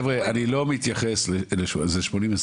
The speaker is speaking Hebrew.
והצוות הזה אמור לתת מענה לכל הנושא של ילדים,